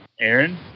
Aaron